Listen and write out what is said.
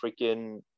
freaking